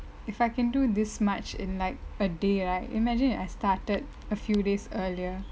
if I can do this much in like a day right imagine if I started a few days earlier